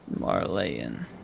Marleyan